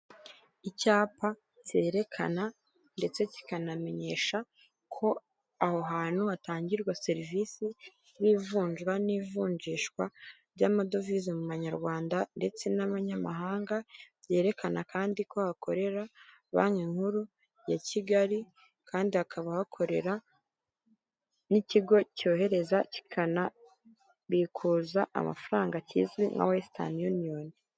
Icyapa cyerekana ndetse kikanamenyesha ko aho hantu hatangirwa serivisi z'ivunjwa n'ivunjishwa ry'amadovize mu banyarwanda ndetse n'abanyamahanga byerekana kandi ko hakorera banki nkuru ya kigali kandi hakaba hakorera n'ikigo cyohereza kikanabikuza amafaranga kize nka wesitani yuniyoni.